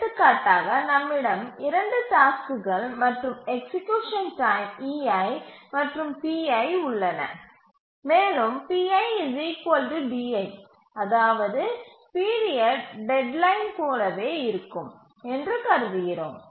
எடுத்துக்காட்டாக நம்மிடம் 2 டாஸ்க்குகள் மற்றும் எக்சீக்யூசன் டைம் ei மற்றும் pi உள்ளன மேலும் pi di அதாவது பீரியட் டெட்லைன் போலவே இருக்கும் என்று கருதுகிறோம்